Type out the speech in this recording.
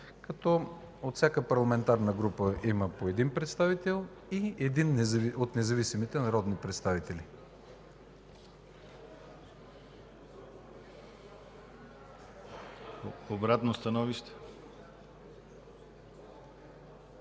като от всяка парламентарна група да има по един представител и един от независимите народни представители. ПРЕДСЕДАТЕЛ